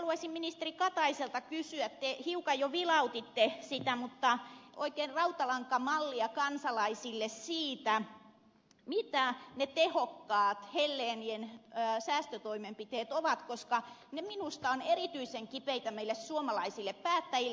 haluaisin ministeri kataiselta kysyä te hiukan jo vilautitte sitä oikein rautalankamallia kansalaisille siitä mitä ne tehokkaat helleenien säästötoimenpiteet ovat koska ne minusta ovat erityisen kipeitä meille suomalaisille päättäjille